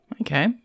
Okay